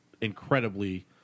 incredibly